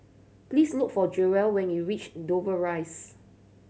please look for Jewell when you reach Dover Rise